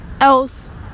else